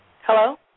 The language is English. Hello